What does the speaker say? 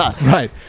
Right